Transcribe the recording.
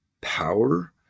power